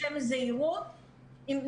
לשם הזהירות.